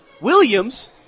Williams